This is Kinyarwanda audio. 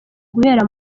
guhera